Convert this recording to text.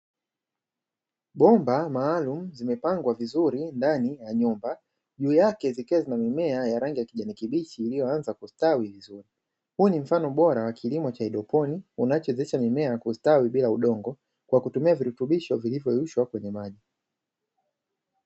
Bomba maalumu zimepangwa vizuri ndani ya nyumba juu yake zikiwa zina mimeo ya rangi ya kijani kibichi iliyo anza kustawi vizuri, huu ni mfano bora wakilimo cha haidroponi unachowezesha mimea kustawi bila udongo, kwa kutumia virutubisho vilivyo yeyushwa kwenye maji.